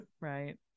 right